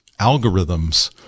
algorithms